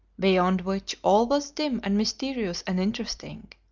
beyond which all was dim and mysterious and interesting.